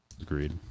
Agreed